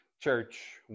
Church